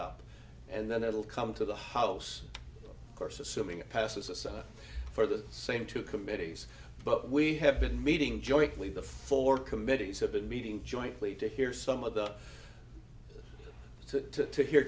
up and then it will come to the house of course assuming it passes for the same two committees but we have been meeting jointly the four committees have been meeting jointly to hear some of the to hear